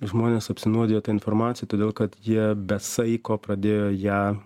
žmonės apsinuodija ta informacija todėl kad jie be saiko pradėjo ją